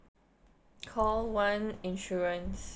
call one insurance